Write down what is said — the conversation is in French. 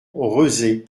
rezé